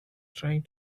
trying